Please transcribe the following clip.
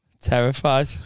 Terrified